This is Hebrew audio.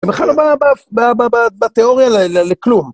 ב... בתיאוריה לכלום.